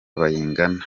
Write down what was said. bayingana